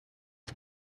you